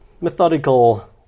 methodical